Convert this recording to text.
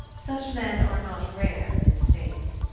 such men are not rare in the states.